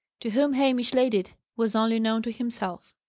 to whom hamish laid it, was only known to himself.